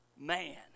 man